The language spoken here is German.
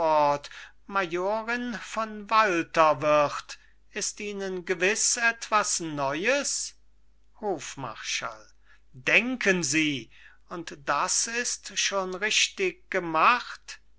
von walter wird ist ihnen gewiß etwas neues hofmarschall denken sie und das ist schon richtig gemacht